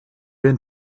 been